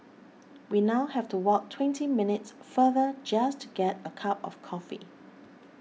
we now have to walk twenty minutes farther just to get a cup of coffee